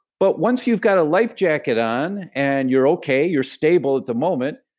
but once you've got a life jacket on, and you're okay, you're stable at the moment,